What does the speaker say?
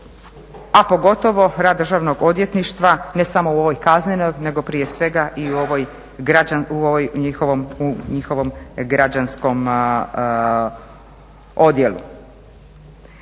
a pogotovo rad Državnog odvjetništva ne samo u ovoj kaznenoj nego prije svega i u ovoj njihovom građanskom odjelu.